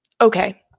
Okay